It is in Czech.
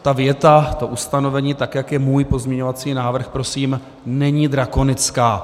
Ta věta, ustanovení, tak jak je můj pozměňovací návrh, prosím, není drakonická.